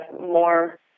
more